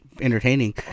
entertaining